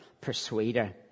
persuader